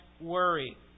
worry